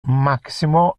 maximo